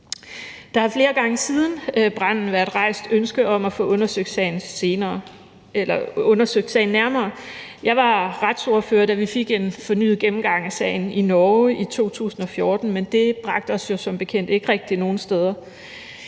Der har flere gange siden branden været rejst ønske om at få undersøgt sagen nærmere. Jeg var retsordfører, da vi fik en fornyet gennemgang af sagen i Norge i 2014, men det bragte os jo som bekendt ikke rigtig nogen steder.